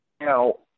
now